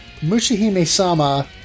Mushihime-sama